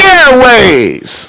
airways